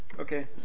Okay